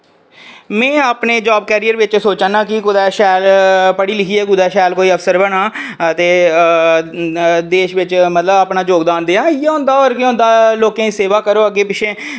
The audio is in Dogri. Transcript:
में अपने जॉब करियर बिच सोचा ना कि कुतै शैल पढ़ी लिखियै ते शैल कुतै कोई अफसर बनां ते देश बिच मतलब अपना जोगदान देआं इ'यै होंदा होर केह् होंदा लोकें दी सेवा करो अग्गें पिच्छें जेह्के अग्गें पिच्छें